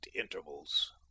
intervals